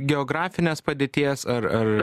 geografinės padėties ar ar